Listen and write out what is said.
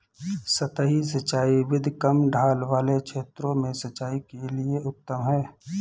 सतही सिंचाई विधि कम ढाल वाले क्षेत्रों में सिंचाई के लिए उत्तम है